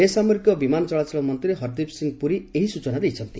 ବେସାମରିକ ବିମାନ ଚଳାଚଳ ମନ୍ତ୍ରୀ ହର୍ଦୀପ୍ ସିଂହ ପୁରୀ ଏହି ସୂଚନା ଦେଇଛନ୍ତି